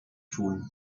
tun